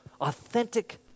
authentic